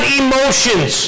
emotions